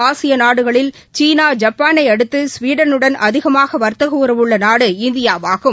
ஆசியநாடுகளில் China ஜப்பாளையடுத்து ஸ்விடனுடன் அதிகமாளவர்த்தகஉறவு உள்ளநாடு இந்தியாவாகும்